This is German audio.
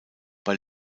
bei